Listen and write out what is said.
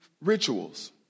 rituals